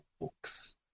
books